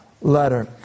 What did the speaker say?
letter